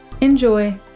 Enjoy